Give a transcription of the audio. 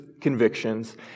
convictions